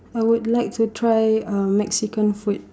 I would like to try uh Mexican food